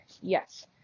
Yes